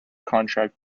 contract